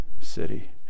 city